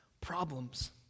problems